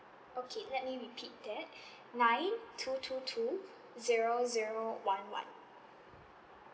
okay let me repeat that nine two two two zero zero one one